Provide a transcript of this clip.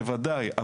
בוודאי.